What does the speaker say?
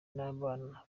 n’abana